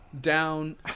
Down